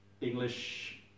English